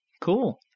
cool